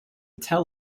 tell